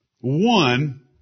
One